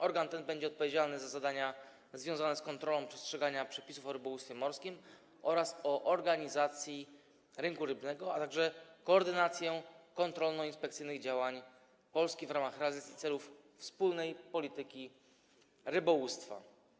Organ ten będzie odpowiedzialny za zadania związane z kontrolą przestrzegania przepisów o rybołówstwie morskim oraz o organizacji rynku rybnego, a także koordynacją kontrolno-inspekcyjnych działań Polski w ramach realizacji celów wspólnej polityki rybołówstwa.